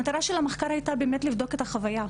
המטרה של המחקר הייתה באמת לבדוק את החוויה.